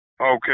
Okay